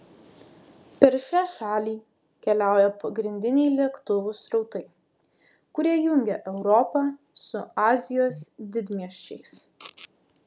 per šią šalį keliauja pagrindiniai lėktuvų srautai kurie jungia europą su azijos didmiesčiais